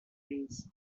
trees